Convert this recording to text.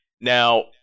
Now